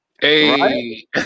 Hey